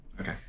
Okay